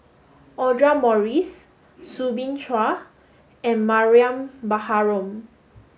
Audra Morrice Soo Bin Chua and Mariam Baharom